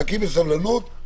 חכי בסבלנות,